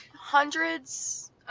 hundreds